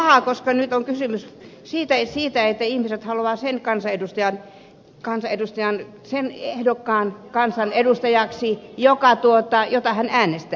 no minusta siinä nyt on pahaa koska nyt on kysymys siitä että ihmiset haluavat sen ehdokkaan kansanedustajaksi jota hän äänestää